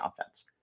offense